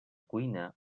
cuina